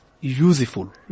useful